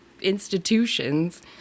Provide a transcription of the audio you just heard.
institutions